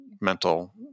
mental